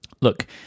Look